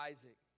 Isaac